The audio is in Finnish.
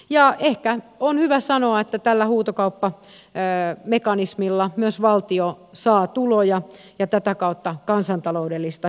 ja ehkä on hyvä sanoa että tällä huutokauppamekanismilla myös valtio saa tuloja ja tätä kautta kansantaloudellista hyötyä